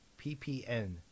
PPN